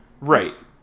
right